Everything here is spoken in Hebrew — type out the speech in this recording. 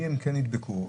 נדבקו?